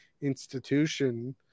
institution